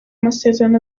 masezerano